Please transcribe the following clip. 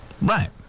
Right